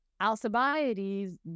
Alcibiades